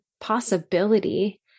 possibility